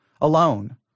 alone